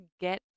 get